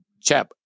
chap